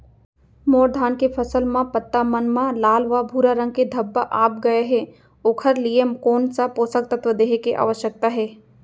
मोर धान के फसल म पत्ता मन म लाल व भूरा रंग के धब्बा आप गए हे ओखर लिए कोन स पोसक तत्व देहे के आवश्यकता हे?